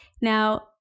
now